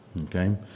Okay